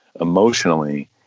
emotionally